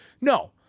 No